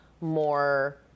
more